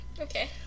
Okay